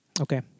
Okay